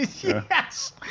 Yes